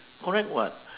correct [what]